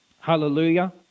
Hallelujah